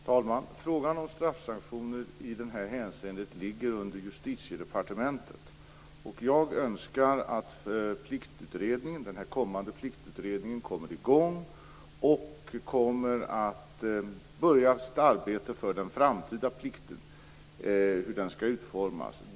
Herr talman! Frågan om straffsanktioner i det här hänseendet ligger under Justitiedepartementet. Jag önskar att den kommande pliktutredningen kommer i gång och börjar sitt arbete med hur den framtida plikten skall utformas.